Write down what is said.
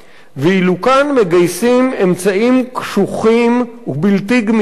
ואילו כאן מגייסים אמצעים קשוחים ובלתי גמישים,